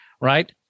right